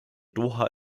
doha